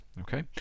okay